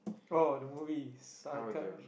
orh the movie